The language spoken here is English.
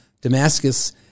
Damascus